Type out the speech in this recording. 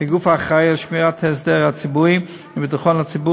כגוף האחראי על שמירת הסדר הציבורי וביטחון הציבור